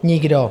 Nikdo.